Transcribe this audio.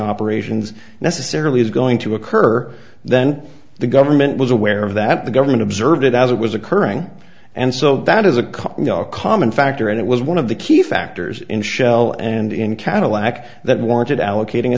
operations necessarily is going to occur then the government was aware of that the government of served it as it was occurring and so that as a company our common factor and it was one of the key factors in shell and in cadillac that warranted allocating a